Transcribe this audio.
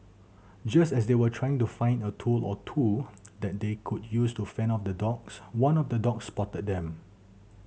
just as they were trying to find a tool or two that they could use to fend off the dogs one of the dogs spotted them